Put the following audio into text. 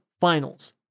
finals